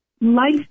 life